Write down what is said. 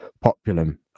populum